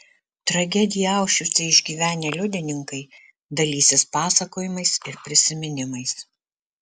tragediją aušvice išgyvenę liudininkai dalysis pasakojimais ir prisiminimais